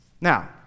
Now